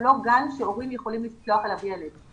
לא גן שהורים יכולים לשלוח אליו ילד.